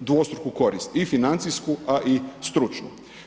dvostruku korist i financijsku, a i stručnu.